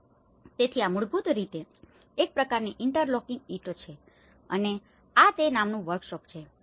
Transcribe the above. તેથી આ મૂળભૂત રીતે એક પ્રકારની ઇંટરલોકિંગ ઇંટો છે અને આ તે નામનુ વર્કશોપ છે